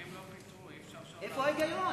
איפה ההיגיון?